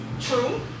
True